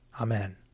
Amen